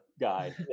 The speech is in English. guy